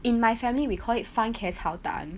in my family we call it fan ke cao dan